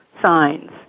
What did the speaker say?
signs